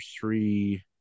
three